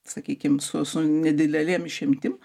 sakykim su su nedidelėm išimtim